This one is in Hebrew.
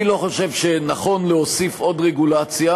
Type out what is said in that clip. אני לא חושב שנכון להוסיף עוד רגולציה,